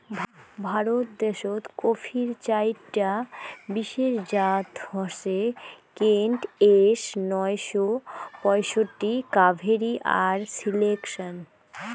ভারত দেশ্ত কফির চাইরটা বিশেষ জাত হসে কেন্ট, এস নয়শো পঁয়ষট্টি, কাভেরি আর সিলেকশন